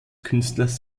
künstlers